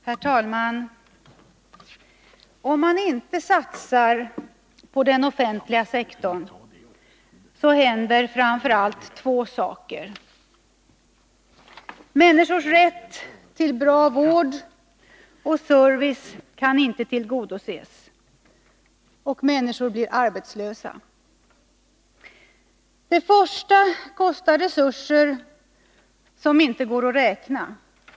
Herr talman! Om man inte satsar på den offentliga sektorn, händer framför allt två saker: människors rätt till bra vård och service kan inte tillgodoses, och människor blir arbetslösa. Det första kostar resurser som inte går att räkna.